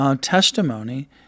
testimony